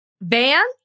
Van